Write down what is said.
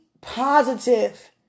positive